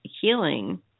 healing